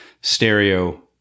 stereo